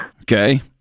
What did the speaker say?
Okay